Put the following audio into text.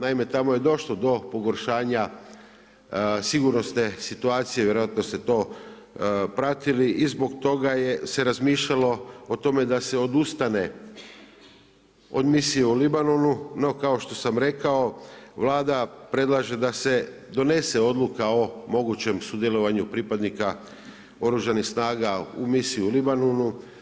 Naime, tamo je došlo do pogoršanja sigurnosne situacije, vjerojatno ste to pratili i zbog toga je se razmišljalo o tome da se odustaje od misije u Libanonu, no kao što sam rekao Vlada predlaže da se donese odluka o mogućem sudjelovanju pripadnika oružanih snaga u misiji u Libanonu.